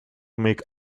make